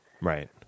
Right